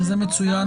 מצוין.